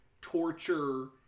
torture